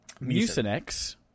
Musinex